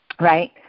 right